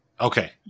okay